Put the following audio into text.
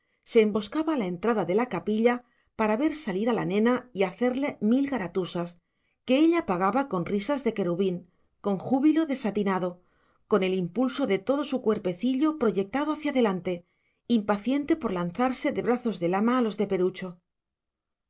se emboscaba a la entrada de la capilla para ver salir a la nena y hacerle mil garatusas que ella pagaba con risas de querubín con júbilo desatinado con el impulso de todo su cuerpecillo proyectado hacia adelante impaciente por lanzarse de brazos del ama a los de perucho